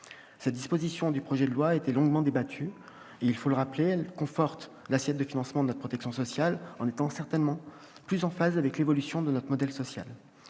Cette disposition du projet de loi a été longuement débattue. Je veux rappeler que cette mesure conforte l'assiette du financement de notre protection sociale en étant certainement plus en phase avec l'évolution de notre modèle social.